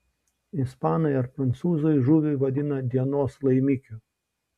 ispanai ar prancūzai žuvį vadina dienos laimikiu